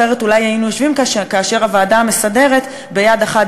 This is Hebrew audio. אחרת אולי היינו יושבים כאשר הוועדה המסדרת ביד אחת